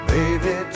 Baby